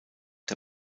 der